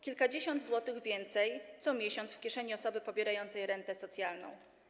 Kilkadziesiąt złotych więcej co miesiąc w kieszeni osoby pobierającej rentę socjalną.